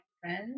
friends